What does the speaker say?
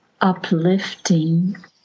uplifting